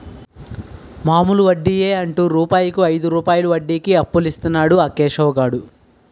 మామూలు వడ్డియే అంటు రూపాయికు ఐదు రూపాయలు వడ్డీకి అప్పులిస్తన్నాడు ఆ కేశవ్ గాడు